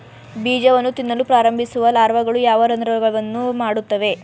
ಬೀಜವನ್ನು ತಿನ್ನಲು ಪ್ರಾರಂಭಿಸುವ ಲಾರ್ವಾಗಳು ಯಾವ ರಂಧ್ರವನ್ನು ಮಾಡುತ್ತವೆ?